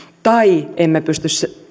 tai emme pysty